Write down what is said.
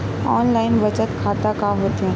Online बचत खाता का होथे?